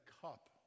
cup